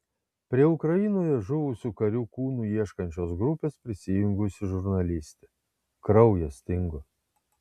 prie ukrainoje žuvusių karių kūnų ieškančios grupės prisijungusi žurnalistė kraujas stingo